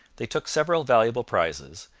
they took several valuable prizes,